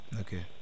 Okay